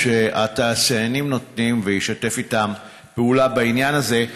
שהתעשיינים נותנים וישתף איתם פעולה בעניין הזה.